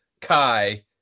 Kai